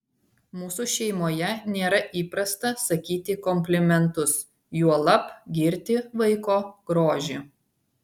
mūsų šeimoje nėra įprasta sakyti komplimentus juolab girti vaiko grožį